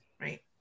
right